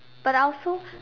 but I also